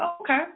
Okay